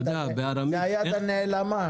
זה היד הנעלמה.